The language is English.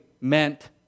meant